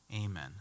Amen